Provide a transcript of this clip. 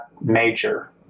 major